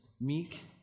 meek